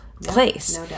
place